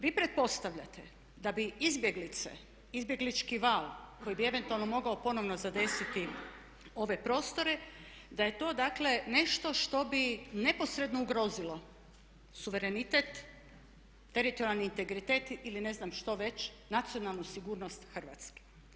Vi pretpostavljate da bi izbjeglice, izbjeglički val koji bi eventualno mogao ponovno zadesiti ove prostore da je to dakle nešto što bi neposredno ugrozilo suverenitet, teritorijalni integritet ili ne znam što već, nacionalnu sigurnost Hrvatske.